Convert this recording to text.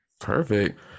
Perfect